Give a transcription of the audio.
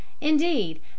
Indeed